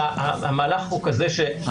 מה תעשה?